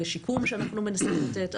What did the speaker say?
ושיקום שאנחנו מציעים לתת,